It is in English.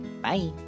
Bye